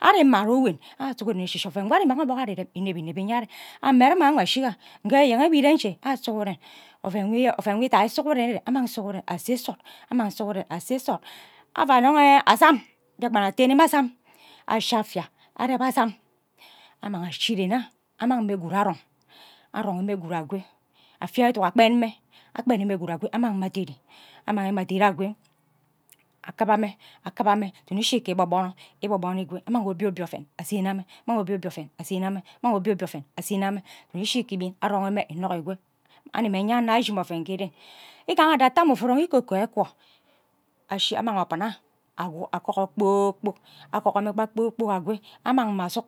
Ari mma ghe uwen awo sughuren eshi eshi oven awoarimam obok ajod irem ineb ineb inye ari ame eri mme nwe ashiga nghe enyen ewe ire nje awo sughure oven itai sughuren ire anaang sughore ase nsod mma sughuren ase nsod ava arong azam mbiakpan atene mme azam ashi asfia areb azam amang oshi ren anh annang mme gwud arong arong mme gwud akwo afe eduk agben mme agbeni mme gwud akwo amang mme ateri anaang mme atheer akwo akiba me akiba mme ishi kimi ishi amang obie obie oven asene nne mme amang obie obie oven asen nne mme kimi ishi kwe ikpokpono ikpokpono ikwe amang obie obie oven asen nne mme anaang obie obie oven asen nne mme kimi eshi ibin anogor mme inogor ikwo annuk mme eyano ayo ashi oven igaha adorte amme uvu irong ikokoi ekwo ashi amang obune agogor ikpor kpok agogor mme gbu kpor kpok akwe amang mme abunk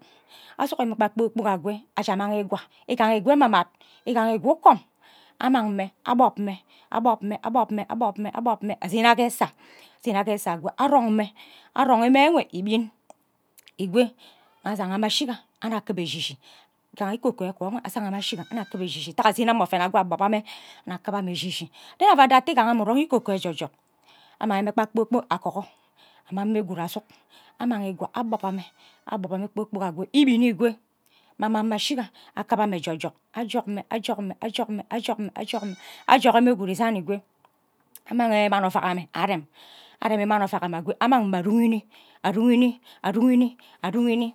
asunk. Mme kpa kpor kpok akwo aje mmang ikwa igaha ikwa eme mad amang mme akpob mme akpob amme akpob mme akpob mme akpob mme akpob mme amang mme eseb nne ghe esas, asene ke eses akwe arong mme arong mme ewe ibin ikwe ava ashiga mme ashiga annu akibu eshi shi ntaga asen nne mma oven akwo akpob mme anuk akiba mme eshi eshi nwo avon ado ate ame uvu suno irong ikokor eje jok amangi mme kpe kpor kpok agogor amang mme gwud asuk amang ikwa akpob kpob mme akpob kpod mme ikpor kpo akwo ibin ikwo amang mme ashi akiba mme ajejok ajok mme ajok mme ajok mme ajok mmme ajok mme ajoki mme guad isam akwo among mani ovak anme aremb aremi moni ova mme akwo ama mme arongini arugim arugimi adugini.